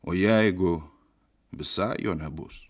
o jeigu visai jo nebus